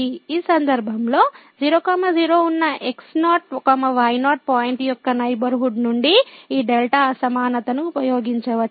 ఈ సందర్భంలో 0 0 ఉన్న x0 y0 పాయింట్ యొక్క నైబర్హుడ్ నుండి ఈ డెల్టా అసమానతను ఉపయోగించవచ్చు